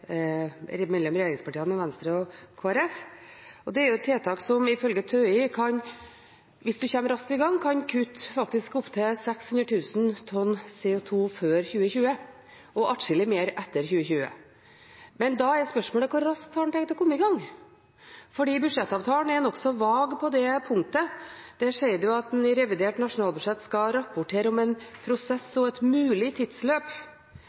budsjettavtalen mellom regjeringspartiene og Venstre og Kristelig Folkeparti. Det er et tiltak som ifølge TØI kan kutte opptil 600 000 tonn CO 2 før 2020 og atskillig mer etter 2020, hvis en kommer raskt i gang. Men da er spørsmålet: Hvor raskt har en tenkt å komme i gang? For budsjettavtalen er nokså vag på det punktet. Der sies det at en i revidert nasjonalbudsjett skal rapportere om en prosess og et mulig tidsløp.